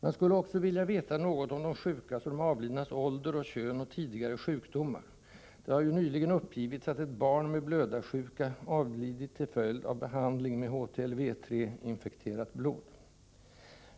Jag skulle också vilja veta något om de sjukas och de avlidnas ålder, kön och tidigare sjukdomar — det har ju nyligen uppgivits att ett barn med blödarsjuka avlidit till följd av behandling med HTLV III-infekterat blod.